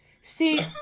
See